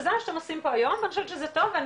זה מה שאתם עושים פה היום ואני חושבת שזה טוב ואני